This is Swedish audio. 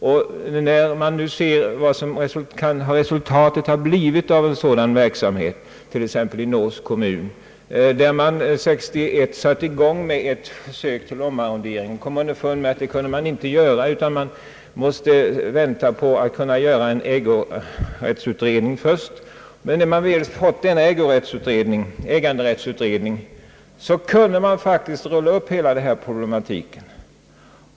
I Nås kommun t.ex. satte man 1961 i gång med ett försök till omarrondering. Det kunde emellertid inte genomföras utan en föregående äganderättsutredning, men när man väl fått den utförd kunde man rulla upp hela problematiken.